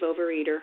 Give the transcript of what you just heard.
overeater